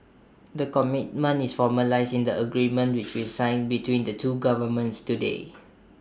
the commitment is formalised in the agreement which we signed between the two governments today